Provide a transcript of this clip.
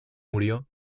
murió